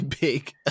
big